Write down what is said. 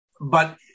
But-